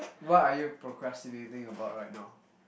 what are you procrastinating about right now